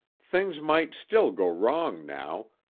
things might still go wrong now,